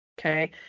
okay